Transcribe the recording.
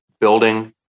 building